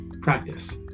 practice